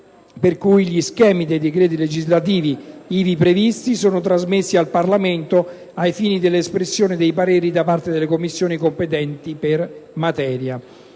per cui gli schemi dei decreti legislativi ivi previsti sono trasmessi al Parlamento ai fini dell'espressione dei pareri da parte delle Commissioni competenti per materia.